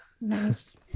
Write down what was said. nice